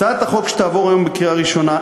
הצעת החוק שתעבור היום בקריאה ראשונה,